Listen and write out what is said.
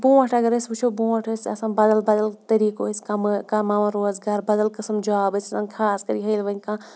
برونٛٹھ اگر أسۍ وٕچھو بروںٛٹھ ٲسۍ آسان بدل بدل طریٖقو ٲس کماوان روزگار بدل قٕسٕم جاب ٲسۍ آسان خاص کر ییٚلہِ وۄۍ کانٛہہ